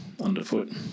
underfoot